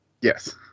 Yes